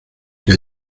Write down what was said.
que